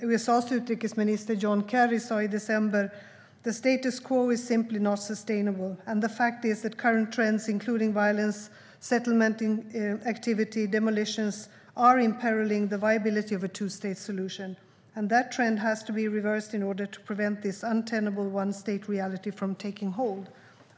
USA:s utrikesminister John Kerry sa i december: "The status quo is simply not sustainable and the fact of the matter is that current trends, including violence, settlement activity, demolitions, are imperiling the viability of a two-state solution. And that trend has to be reversed to prevent this untenable one-state reality from taking hold.